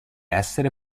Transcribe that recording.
essere